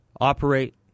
operate